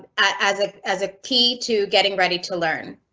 as ah as a key to getting ready to learn.